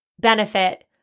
benefit